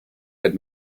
had